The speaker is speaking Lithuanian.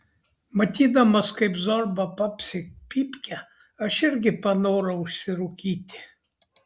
matydamas kaip zorba papsi pypkę aš irgi panorau užsirūkyti